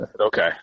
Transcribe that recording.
Okay